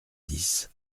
dix